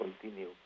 continue